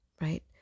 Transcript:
right